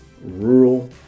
rural